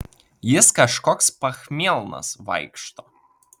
jis kažkoks pachmielnas vaikšto